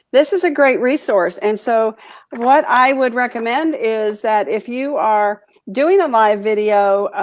this is a great resource, and so what i would recommend is that if you are doing a live video,